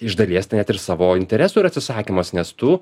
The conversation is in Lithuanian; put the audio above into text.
iš dalies tai net ir savo interesų ir atsisakymas nes tu